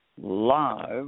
Live